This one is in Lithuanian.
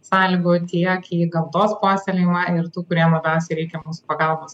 sąlygų tiek į gamtos puoselėjimą ir tų kuriem labiausiai reikia mūsų pagalbos